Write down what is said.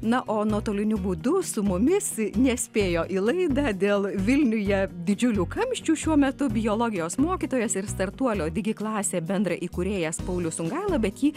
na o nuotoliniu būdu su mumis nespėjo į laidą dėl vilniuje didžiulių kamščių šiuo metu biologijos mokytojas ir startuolio digi klasė bendrai įkūrėjas paulius sungaila bet jį